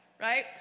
right